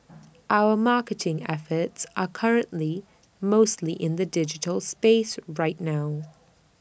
our marketing efforts are currently mostly in the digital space right now